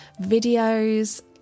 videos